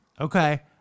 Okay